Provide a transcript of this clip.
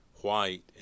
white